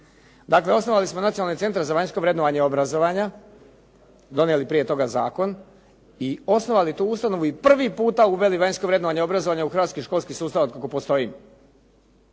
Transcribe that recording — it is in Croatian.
Dakle, osnovali smo Nacionalni centar za vanjsko vrednovanje obrazovanja, donijeli prije toga zakon i osnovali tu ustanovu i prvi puta uveli vanjsko vrednovanje obrazovanja u hrvatski školski sustav od kako postoji.